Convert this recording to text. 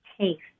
taste